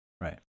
right